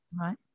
right